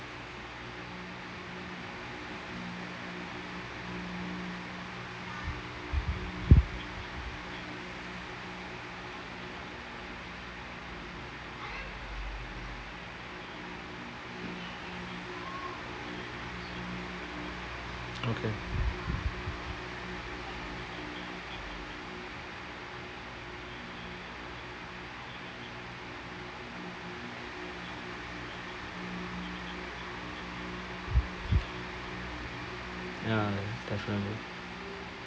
okay ya definitely